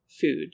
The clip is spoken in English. food